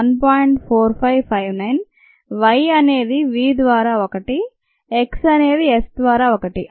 4559 y అనేది v ద్వారా 1 x అనేది s ద్వారా 1